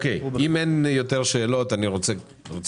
בבקשה.